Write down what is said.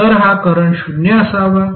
तर हा करंट शून्य असावा